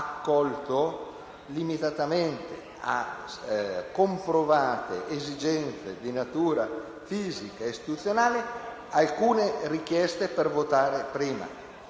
accolto, limitatamente a comprovate esigenze di natura fisica ed istituzionale, alcune richieste di votare per